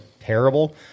terrible